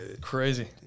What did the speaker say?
Crazy